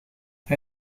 hij